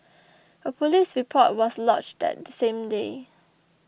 a police report was lodged that same day